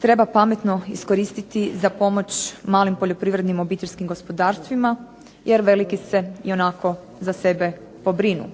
treba pametno iskoristiti za pomoć malim poljoprivrednim obiteljskim gospodarstvima jer veliki se ionako za sebe pobrinu.